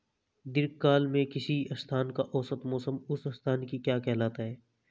दीर्घकाल में किसी स्थान का औसत मौसम उस स्थान की क्या कहलाता है?